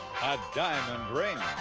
diamond ring,